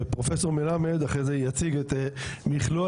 פרופסור מלמד אחרי זה יציג את מכלול